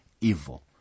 evil